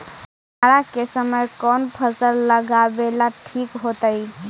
जाड़ा के समय कौन फसल लगावेला ठिक होतइ?